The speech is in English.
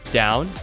down